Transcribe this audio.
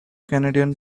canadian